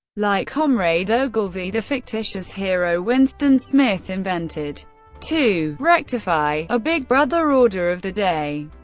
like comrade ogilvy, the fictitious hero winston smith invented to rectify a big brother order of the day.